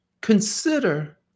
consider